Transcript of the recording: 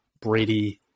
Brady